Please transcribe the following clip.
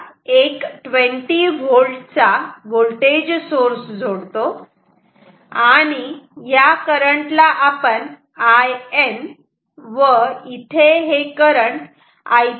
आता मी या इनपुट ला एक 20V चा व्होल्टेज सोर्स जोडतो आणि या करंट ला आपण In व इथे हे करंट Ip असे दाखवू यात